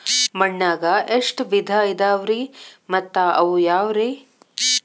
ಮಣ್ಣಾಗ ಎಷ್ಟ ವಿಧ ಇದಾವ್ರಿ ಮತ್ತ ಅವು ಯಾವ್ರೇ?